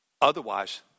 Otherwise